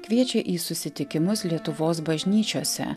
kviečia į susitikimus lietuvos bažnyčiose